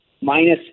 minus